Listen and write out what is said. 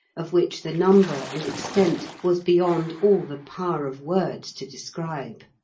of which the number and extent was beyond all the power of words to describe.